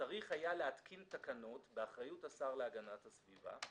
צריך היה להתקין תקנות באחריות השר להגנת הסביבה,